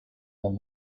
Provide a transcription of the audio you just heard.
than